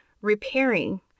repairing